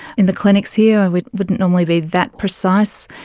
in the clinics here we wouldn't normally be that precise.